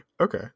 Okay